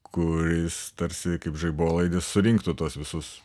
kuris tarsi kaip žaibolaidis surinktų tuos visus